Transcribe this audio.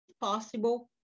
possible